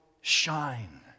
shine